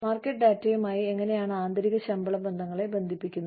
market ഡാറ്റയുമായി എങ്ങനെയാണ് ആന്തരിക ശമ്പള ബന്ധങ്ങളെ ബന്ധിപ്പിക്കുന്നത്